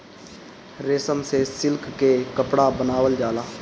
रेशम से सिल्क के कपड़ा बनावल जाला